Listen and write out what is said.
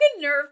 nerve